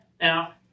now